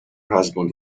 husband